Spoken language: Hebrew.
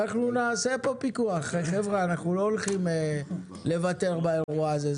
נעשה פה פיקוח אנחנו לא הולכים לוותר באירוע הזה,